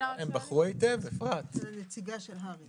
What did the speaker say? נציג משרד